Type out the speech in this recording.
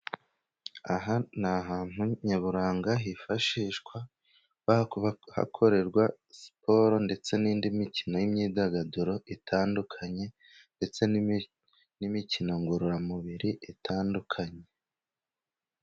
Aha ni ahantu nyaburanga hifashishwa hakorerwa siporo, ndetse n'indi mikino y'imyidagaduro itandukanye, ndetse n'imikino ngororamubiri itandukanye.